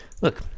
look